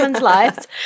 Lives